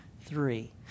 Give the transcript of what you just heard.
three